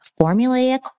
formulaic